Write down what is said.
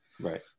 Right